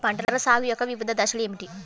పంటల సాగు యొక్క వివిధ దశలు ఏమిటి?